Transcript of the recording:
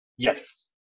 Yes